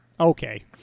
Okay